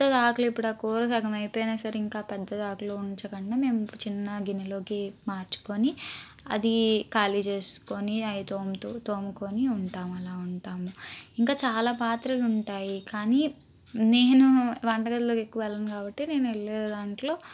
దాకలో ఇప్పుడు ఆ కూర సకం అయిపోయిన సరే ఇంకా పెద్ద దాకలో ఉంచకుండా మేము చిన్న గిన్నెలోకి మార్చుకొని అది కాళీ చేసుకుని అయ్యి తోముతు తోముకొని ఉంటాము అలా ఉంటాము ఇంకా చాలా పాత్రలు ఉంటాయి కాని నేను వంట గదిలోకి ఎక్కువుగా వెళ్ళాను కాబట్టి నేను వెళ్ళే దాంట్లో